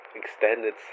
extended